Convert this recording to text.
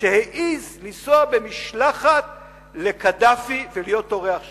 שהעז לנסוע במשלחת לקדאפי ולהיות אורח שלו.